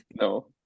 No